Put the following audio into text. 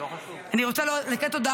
אני רוצה לתת תודה